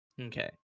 Okay